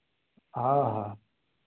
हाँ हाँ